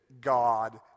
God